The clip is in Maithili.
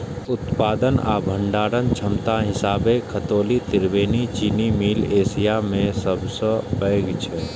उत्पादन आ भंडारण क्षमताक हिसाबें खतौली त्रिवेणी चीनी मिल एशिया मे सबसं पैघ छै